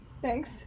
Thanks